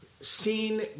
seen